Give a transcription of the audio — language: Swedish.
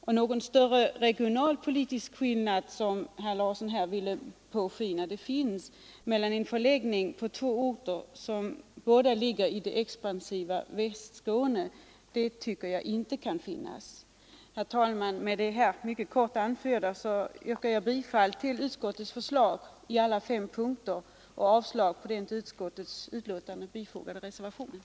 Och någon större regionalpolitisk skillnad, som herr Larsson i Borrby ville låta påskina skulle föreligga mellan en förläggning till två orter nära varandra i det expansiva Västskåne, tycker jag inte det kan vara fråga om. Herr talman! Med detta korta anförande yrkar jag bifall till utskottets förslag på samtliga fem punkter, vilket innebär avslag på den vid utskottsbetänkandet fogade reservationen.